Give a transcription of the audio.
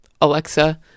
Alexa